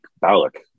Balak